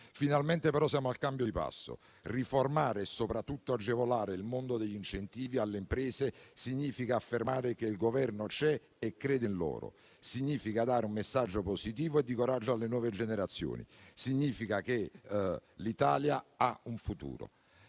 Finalmente però siamo al cambio di passo: riformare e soprattutto agevolare il mondo degli incentivi alle imprese significa affermare che il Governo c'è e crede in loro; significa dare un messaggio positivo e di coraggio alle nuove generazioni; significa che l'Italia ha un futuro.